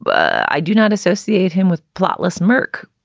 but i do not associate him with pilotless murck.